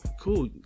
cool